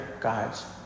gods